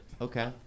Okay